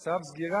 סף סגירה,